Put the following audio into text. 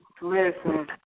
listen